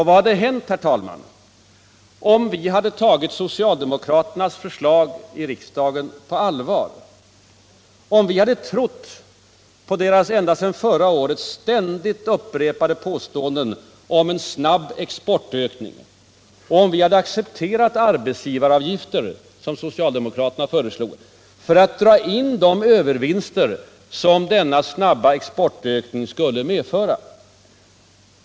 Vad hade hänt om vi hade tagit socialdemokraternas förslag i riksdagen på allvar — om vi hade trott på deras ända sedan förra året ständigt upprepade påståenden om en snabb exportökning och accepterat arbetsgivaravgifter för att dra in de övervinster som denna snabba exportökning skulle medföra, som socialdemokraterna föreslog?